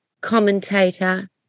commentator